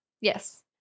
Yes